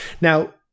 Now